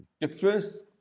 Difference